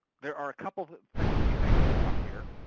there are a couple things to be thinking about here.